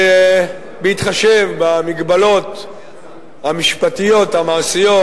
בהתחשב במגבלות המשפטיות המעשיות,